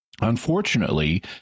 Unfortunately